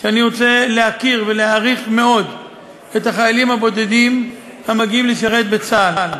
זו אני רוצה להוקיר ולהעריך מאוד את החיילים הבודדים המגיעים לשרת בצה"ל